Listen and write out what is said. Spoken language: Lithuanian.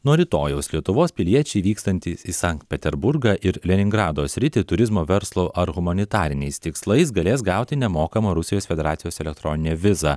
nuo rytojaus lietuvos piliečiai vykstantys į sankt peterburgą ir leningrado sritį turizmo verslo ar humanitariniais tikslais galės gauti nemokamą rusijos federacijos elektroninę vizą